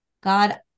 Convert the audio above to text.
God